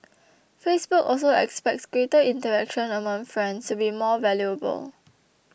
Facebook also expects greater interaction among friends to be more valuable